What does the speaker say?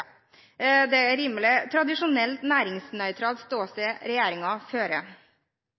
er et rimelig tradisjonelt næringsnøytralt ståsted